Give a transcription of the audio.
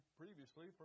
previously